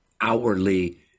outwardly